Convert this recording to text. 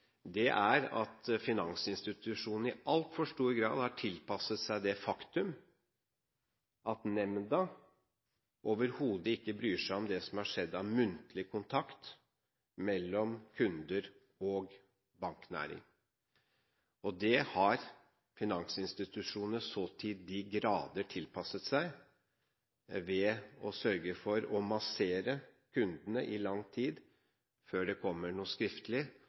alvorlig, er at finansinstitusjonene i altfor stor grad har tilpasset seg det faktum at nemnden overhodet ikke bryr seg om det som har skjedd av muntlig kontakt mellom kunder og banknæring. Det har finansinstitusjonene så til de grader tilpasset seg ved å sørge for å massere kundene i lang tid før det kommer noe skriftlig,